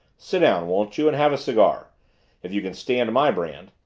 sit down, won't you, and have a cigar if you can stand my brand.